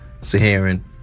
Saharan